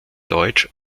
deutsch